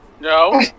No